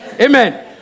Amen